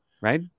right